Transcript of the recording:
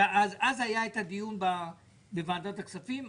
אז היה את הדיון בוועדת הכספים,